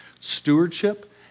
stewardship